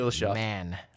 Man